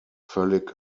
völlig